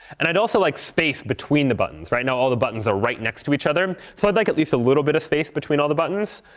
and i'd also like space between the buttons. right now all the buttons are right next to each other. so i'd like at least a little bit of space between all the buttons,